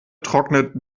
trocknet